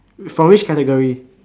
for which category